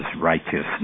righteousness